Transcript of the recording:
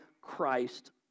Christ